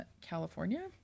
California